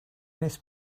miss